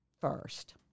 first